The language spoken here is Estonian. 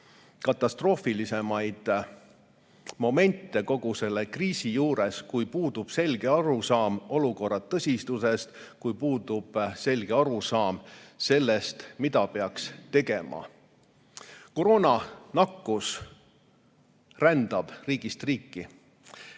katastroofilisemaid momente kogu selle kriisi juures, kui puudub selge arusaam olukorra tõsidusest, kui puudub selge arusaam sellest, mida peaks tegema. Koroonanakkus rändab riigist riiki.